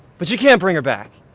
but you can't bring her back.